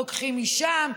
לוקחים משם.